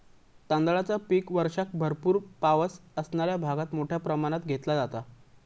तांदळाचा पीक वर्षाक भरपूर पावस असणाऱ्या भागात मोठ्या प्रमाणात घेतला जाता